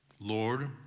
Lord